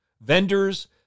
Vendors